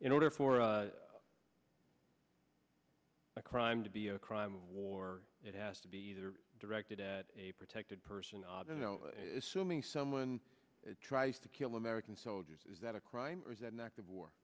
in order for a crime to be a crime of war it has to be either directed at a protected person i don't know assuming someone tries to kill american soldiers is that a crime or is that an act of war